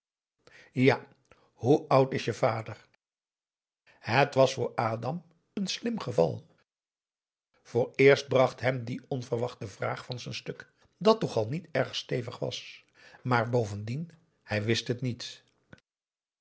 a oe oud is je vader et was voor adam een slim geval vooreerst bracht hem die onverwachte vraag van z'n stuk dat toch al niet erg stevig was maar bovendien hij wist het niet